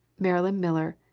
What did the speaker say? marilyn miller,